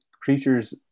creatures